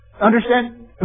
Understand